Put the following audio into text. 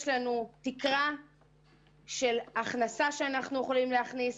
יש תקרה של הכנסה שאנחנו יכולים להכניס,